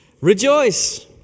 Rejoice